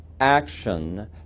action